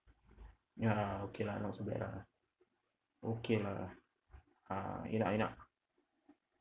ya lah okay lah not so bad lah okay lah ah enak enak